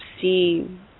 see